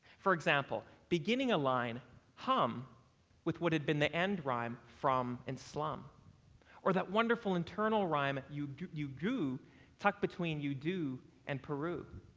for example, beginning a line hum with what had been the end rhyme from and slum or the wonderful internal rhyme you you grew tucked between you do and peru.